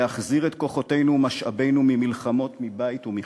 להחזיר את כוחותינו ומשאבינו ממלחמות מבית ומחוץ,